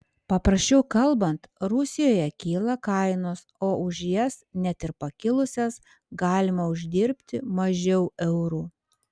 paprasčiau kalbant rusijoje kyla kainos o už jas net ir pakilusias galima uždirbti mažiau eurų